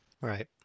right